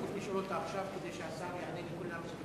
אפשר לשאול אותה עכשיו כדי שהשר יענה לכולם?